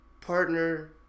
partner